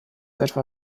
etwa